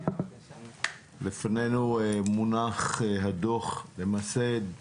לפנינו מונח הדוח, וזהו